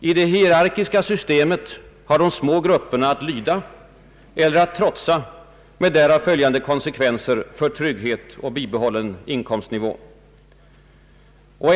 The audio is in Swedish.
I det hierarkiska systemet har de små grupperna att lyda eller att trotsa med därav följande konsekvenser för trygghet och bibehållande av inkomstnivån.